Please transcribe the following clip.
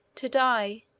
to die.